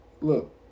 Look